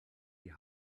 die